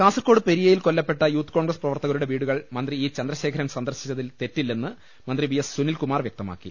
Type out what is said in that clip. കാസർക്കോട് പെരിയയിൽ കൊല്ലപ്പെട്ട youth congress പ്രവർത്തകരുടെ വീടുകൾ മന്ത്രി ഇ ചന്ദ്രശേഖരൻ സന്ദർശിച്ച തിൽ തെറ്റില്ലെന്ന് മന്ത്രി വി എസ് സുനിൽകുമാർ വ്യക്തമാക്കി